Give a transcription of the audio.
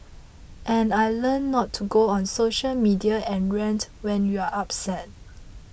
and I learnt not to go on social media and rant when you're upset